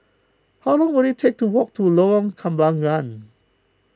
how long will it take to walk to Lorong Kembangan